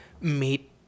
meet